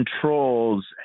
controls